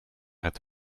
het